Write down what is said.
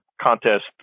contest